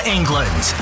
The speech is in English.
England